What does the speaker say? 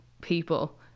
people